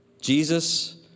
Jesus